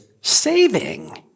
saving